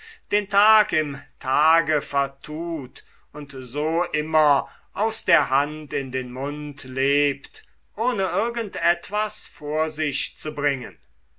den tag im tage vertut und so immer aus der hand in den mund lebt ohne irgend etwas vor sich zu bringen